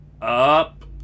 up